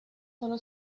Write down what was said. solo